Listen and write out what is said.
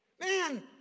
Man